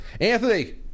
Anthony